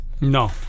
No